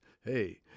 hey